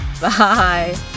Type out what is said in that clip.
Bye